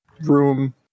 room